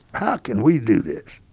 how can we do this?